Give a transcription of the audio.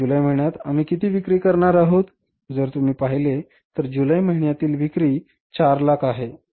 जुलै महिन्यात आम्ही किती विक्री करणार आहोत उदाहरणार्थ जर तुम्ही पाहिले तर जुलै महिन्यात विक्री 400000 आहे